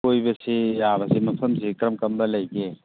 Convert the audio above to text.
ꯀꯣꯏꯕꯁꯤ ꯌꯥꯕꯁꯤ ꯃꯐꯝꯁꯤ ꯀꯔꯝ ꯀꯔꯝꯕ ꯂꯩꯒꯦ